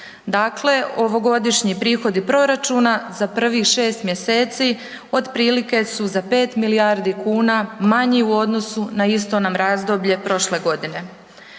Dakle, ovogodišnji prihodi proračuna za prvih 6 mjeseci otprilike su za 5 milijardi kuna manji u odnosu na isto nam razdoblje prošle godine.